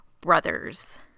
brothers